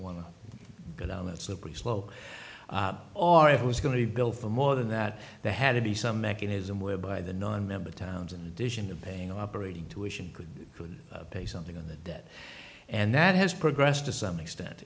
to go down that slippery slope or if it was going to be built for more than that there had to be some mechanism whereby the nonmember towns in addition of paying operating tuition could could pay something on the debt and that has progressed to some extent